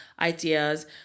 ideas